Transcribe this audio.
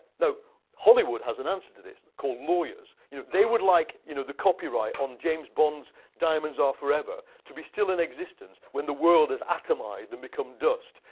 now hollywood has an answer to this called lawyers. yeah they would like you know the copyright on james bond's diamonds are forever to be still in existence when the world is atomized and become dust.